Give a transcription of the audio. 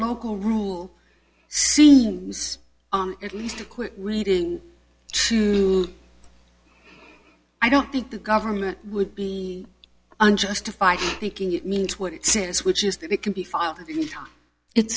local rule seems at least quick reading to i don't think the government would be unjustified taking it means what it says which is that it can be filed it